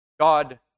God